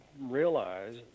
realize